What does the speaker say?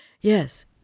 Yes